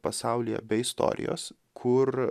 pasaulyje be istorijos kur